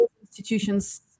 institutions